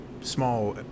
small